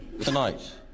tonight